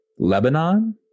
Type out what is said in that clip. Lebanon